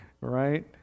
right